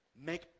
make